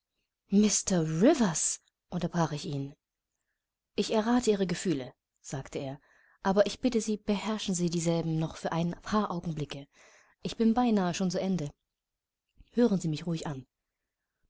rivers unterbrach ich ihn ich errate ihre gefühle sagte er aber ich bitte sie beherrschen sie dieselben noch für ein paar augenblicke ich bin beinahe schon zu ende hören sie mich ruhig an